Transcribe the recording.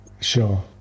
Sure